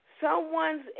someone's